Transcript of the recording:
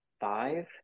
five